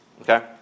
Okay